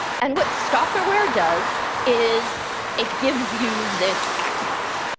and what stalkerware does is it gives you this access.